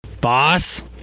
Boss